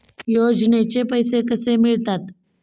योजनेचे पैसे कसे मिळतात?